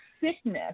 sickness